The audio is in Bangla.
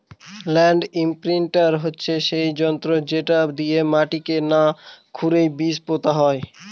ল্যান্ড ইমপ্রিন্টার হচ্ছে সেই যন্ত্র যেটা দিয়ে মাটিকে না খুরেই বীজ পোতা হয়